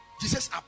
jesus